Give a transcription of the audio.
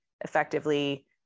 effectively